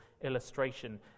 illustration